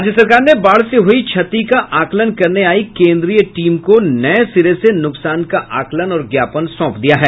राज्य सरकार ने बाढ़ से हुयी क्षति का आकलन करने आयी केंद्रीय टीम को नये सिरे से नुकसान का आकलन और ज्ञापन सौंप दिया है